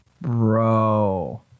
Bro